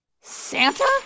Santa